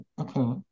okay